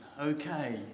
Okay